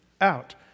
out